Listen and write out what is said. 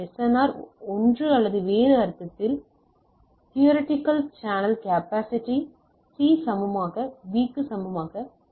R ஒன்று அல்லது வேறு அர்த்தத்தில் தியோரெட்டிகள் சேனல் கேப்பாசிட்டி C சமமாக B க்கு சமமாக எஸ்